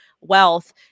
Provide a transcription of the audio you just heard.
wealth